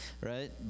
right